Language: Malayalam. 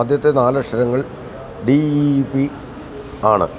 ആദ്യത്തെ നാലക്ഷരങ്ങൾ ഡി ഇ ഇ പി ആണ്